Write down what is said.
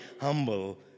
humble